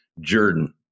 Jordan